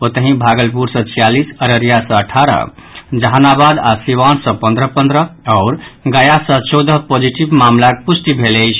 ओतहि भागलपुर सँ छियालीस अररिया सँ अठारह जहानाबाद आओर सीवान सँ पन्द्रह पन्द्रह आ गया सँ चौदह पॉजिटिव मामिलाक पुष्टि भेल अछि